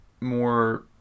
more